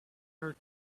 her